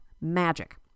Magic